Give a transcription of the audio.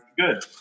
Good